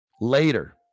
later